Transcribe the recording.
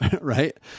right